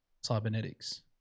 Cybernetics